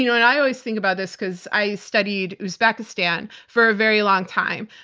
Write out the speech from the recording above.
you know and i always think about this because i studied uzbekistan for a very long time,